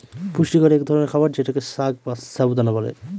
পুষ্টিকর এক ধরনের খাবার যেটাকে সাগ বা সাবু দানা বলে